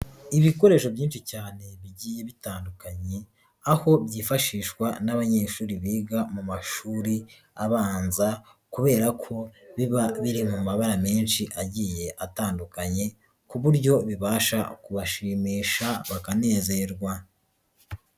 Ibikoresho byinshi cyane bigiye bitandukanye, aho byifashishwa n'abanyeshuri biga mu mashuri abanza kubera ko biba biri mu mabara menshi agiye atandukanye, ku buryo bibasha kubashimisha bakanezerwa.